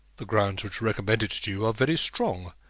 the grounds which recommend it to you are very strong.